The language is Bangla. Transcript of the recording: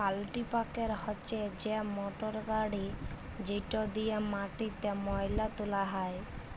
কাল্টিপ্যাকের হছে সেই মটরগড়ি যেট দিঁয়ে মাটিতে ময়লা তুলা হ্যয়